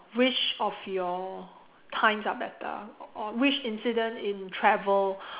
which of your times are better or which incident in travel